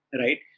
right